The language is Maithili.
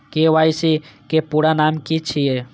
के.वाई.सी के पूरा नाम की छिय?